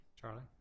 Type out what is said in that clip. Charlie